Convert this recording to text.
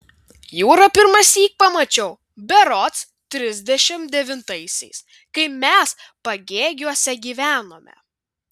jūrą pirmąsyk pamačiau berods trisdešimt devintaisiais kai mes pagėgiuose gyvenome